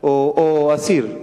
או אסיר.